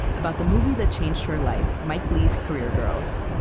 about the movie that changed her life, mike leigh's career girls.